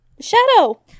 Shadow